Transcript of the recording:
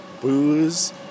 Booze